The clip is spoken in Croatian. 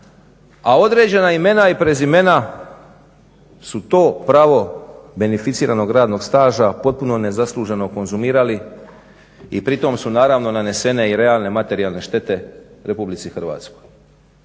a određena imena i prezimena su to pravo beneficiranog radnog staža potpuno nezasluženo konzumirali i pritom su naravno nanesene i realne materijalne štete RH. I to